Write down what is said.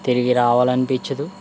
తిరిగి రావాలి అనిపించదు